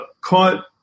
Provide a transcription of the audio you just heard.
caught